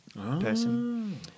person